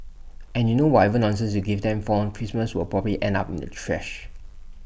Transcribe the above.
and you know whatever nonsense you give them for on Christmas will probably end up in the trash